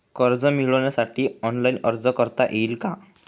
कर्ज मिळविण्यासाठी ऑनलाइन अर्ज करता येईल का?